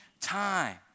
time